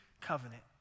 Covenant